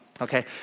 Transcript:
okay